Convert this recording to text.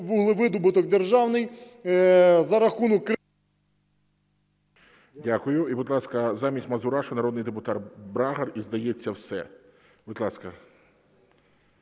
вуглевидобуток державний за рахунок… ГОЛОВУЮЧИЙ. Дякую. І, будь ласка, замість Мазурашу народний депутат Брагар. І, здається, все. Будь ласка.